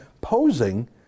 posing